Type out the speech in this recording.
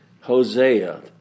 Hosea